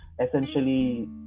essentially